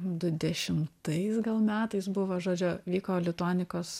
du dešimtais gal metais buvo žodžiu vyko lituanikos